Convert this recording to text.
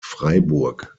freiburg